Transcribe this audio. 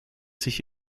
sich